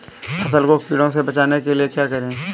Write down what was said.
फसल को कीड़ों से बचाने के लिए क्या करें?